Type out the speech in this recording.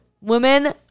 women